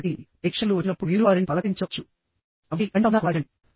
కాబట్టి ప్రేక్షకులు వచ్చినప్పుడు మీరు వారిని పలకరించవచ్చు నవ్వండి కంటి సంబంధాన్ని కొనసాగించండి